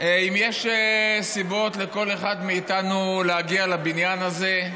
אם יש סיבות לכל אחד מאיתנו להגיע לבניין הזה,